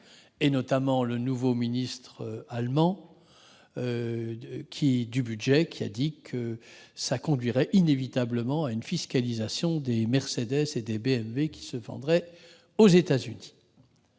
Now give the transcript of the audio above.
pays. Le nouveau ministre allemand du budget a dit que cela conduirait inévitablement à une fiscalisation des Mercedes et des BMW vendues aux États-Unis.